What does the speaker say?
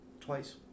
Twice